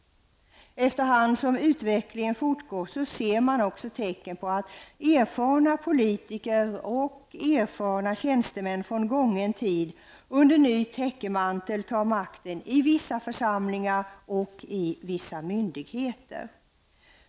Allteftersom utvecklingen fortgår ser man tecken på att erfarna politiker och tjänstemän som var aktuella tidigare nu under ny täckmantel tar makten i vissa församlingar och vid vissa myndigheter.